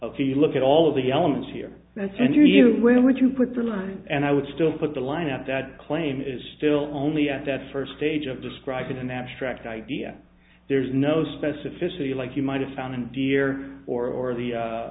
of you look at all of the elements here and you you where would you put the line and i would still put the line up that claim is still only at that first stage of describing an abstract idea there's no specificity like you might have found in deer or or the